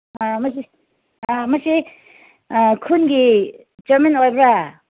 ꯑꯥ ꯃꯁꯤ ꯑꯥ ꯃꯁꯤ ꯑꯥ ꯈꯨꯜꯒꯤ ꯆ꯭ꯌꯥꯔꯃꯦꯟ ꯑꯣꯏꯕ꯭ꯔꯥ